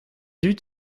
dud